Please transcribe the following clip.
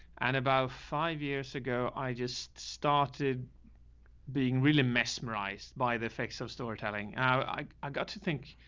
and about five years ago, i just started being really mesmerized by the effects of storytelling. i i got to think,